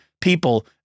people